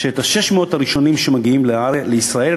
ש-600 הראשונים שמגיעים לישראל,